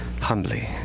humbly